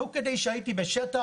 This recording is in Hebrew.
תוך כדי שהייתי בשטח,